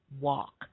walk